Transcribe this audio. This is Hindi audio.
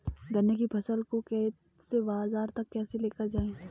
गन्ने की फसल को खेत से बाजार तक कैसे लेकर जाएँ?